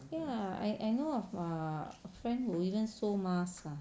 ya I I know of err a friend who even sold mask ah